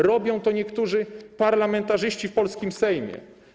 Robią to niektórzy parlamentarzyści w polskim Sejmie.